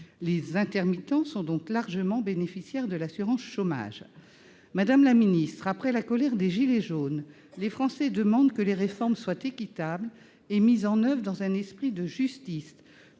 Les intermittents sont donc largement bénéficiaires de l'assurance chômage. Madame la ministre, après la colère des « gilets jaunes », les Français demandent que les réformes soient équitables et mises en oeuvre dans un esprit de justice.